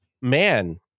man